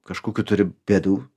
kažkokių turi bėdų